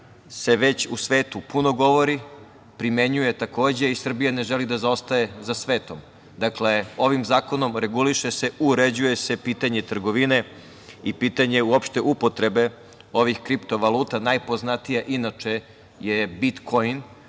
se već u svetu puno govori, primenjuje, takođe, i Srbija ne želi da zaostaje za svetom. Dakle, ovim zakonom se reguliše, uređuje se pitanje trgovine i pitanje uopšte upotrebe ovih kripto valuta. Najpoznatija inače je bitkoin